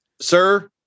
sir